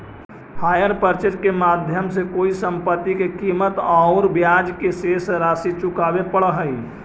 hire purchase के माध्यम से कोई संपत्ति के कीमत औउर ब्याज के शेष राशि चुकावे पड़ऽ हई